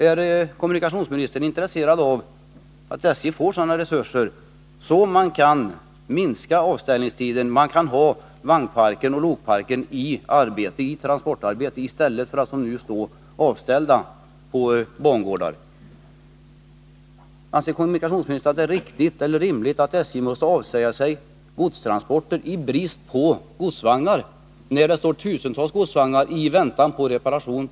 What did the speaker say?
Är kommunikationsministern intresserad av att SJ får sådana resurser att avställningstiden kan minskas, att man kan ha vagnar och lok i transportarbete i stället för att de som nu står avställda på bangårdar? Anser kommunikationsministern att det är rimligt att SJ måste avsäga sig godstransporter i brist på godsvagnar, när det på bangårdar står tusentals godsvagnar i väntan på reparation?